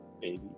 baby